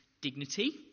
dignity